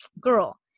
girl